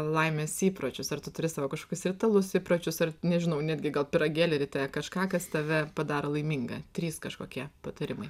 laimės įpročius ar tu turi savo kažkokius ritualus įpročius ar nežinau netgi gal pyragėlį ryte kažką kas tave padaro laimingą trys kažkokie patarimai